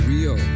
Rio